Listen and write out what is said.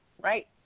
right